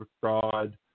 fraud